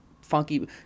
Funky